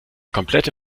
komplette